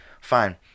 Fine